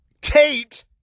Tate